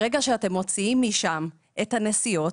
ברגע שאתם מוציאים משם את הנסיעות,